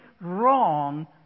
wrong